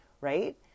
right